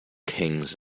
kings